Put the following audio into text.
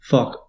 Fuck